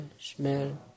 smell